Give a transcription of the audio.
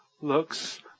looks